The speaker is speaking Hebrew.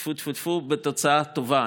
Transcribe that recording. טפו-טפו-טפו, בתוצאה טובה.